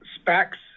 specs